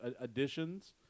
additions